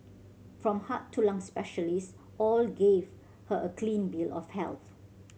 from heart to lung specialist all gave her a clean bill of health